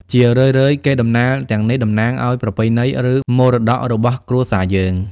ជារឿយៗ កេរដំណែលទាំងនេះតំណាងឲ្យ ប្រពៃណី ឬ មរតក របស់គ្រួសារយើង។